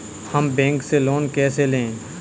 हम बैंक से लोन कैसे लें?